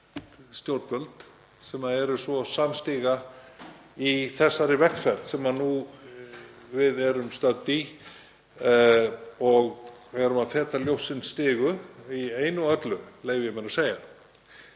stjórnvöld sem eru svo samstiga í þessari vegferð sem við erum stödd í. Við erum að feta ljóssins stigu í einu og öllu, leyfi ég mér að segja.